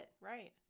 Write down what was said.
Right